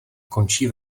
končí